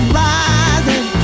rising